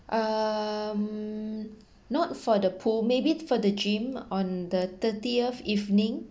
um not for the pool maybe for the gym on the thirtieth evening